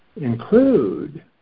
include